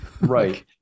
right